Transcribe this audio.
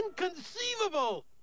Inconceivable